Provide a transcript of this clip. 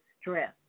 stress